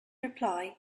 reply